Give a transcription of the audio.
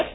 F